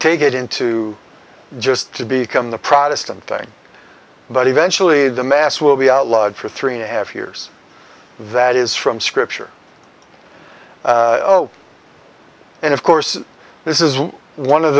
take it into just to be come the protestant thing but eventually the mass will be outlawed for three and a half years that is from scripture and of course this is one of